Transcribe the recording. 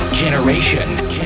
Generation